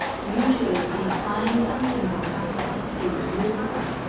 usually, these signs and symbols have something to do with lucifer.